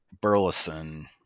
Burleson